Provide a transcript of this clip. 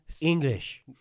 English